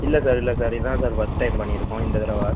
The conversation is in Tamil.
இல்லை சார் இல்லை சார் இதான் சார் ஃபர்ஸ்ட் டைம் பண்ணியிருக்கோம் இந்த தடவை